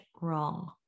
wrong